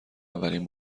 اولین